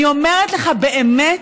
אני אומרת לך, באמת,